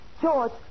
George